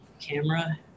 camera